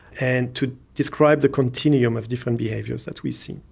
and to describe the continuum of different behaviours that we see.